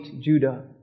Judah